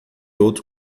outro